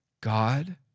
God